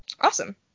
Awesome